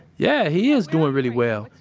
yeah. he is doing really well.